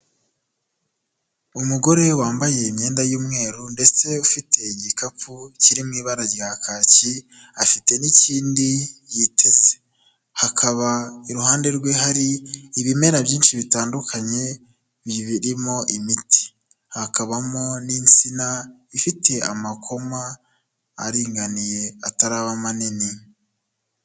Umugore wambaye imyenda y'umweru ndetse ufite igikapu kiri mu ibara rya kaki, afite n'ikindi yiteze. Hakaba iruhande rwe hari ibimera byinshi bitandukanye birimo imiti, hakabamo n'insina ifite amakoma aringaniye ataraba manini.